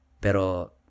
Pero